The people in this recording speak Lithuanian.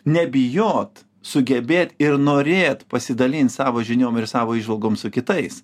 nebijot sugebėt ir norėt pasidalint savo žiniom ir savo įžvalgom su kitais